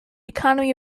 economy